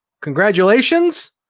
Congratulations